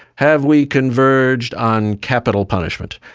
have we converged on capital punishment?